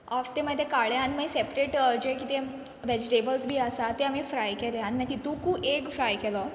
half ते माय ते काडले आनी माय सॅपरेट जे कितें वॅजिटेबल्स बी आसा ते माय फ्राय केले आनी माय तितुकू एग फ्राय केलो